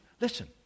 Listen